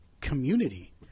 community